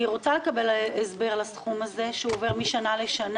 אני רוצה לקבל הסבר לסכום הזה, שעובר משנה לשנה.